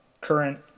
current